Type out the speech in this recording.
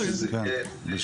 כן.